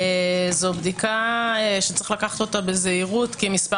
זו בדיקה שצריך לקחת אותה בזהירות כי מספר